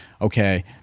okay